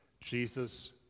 Jesus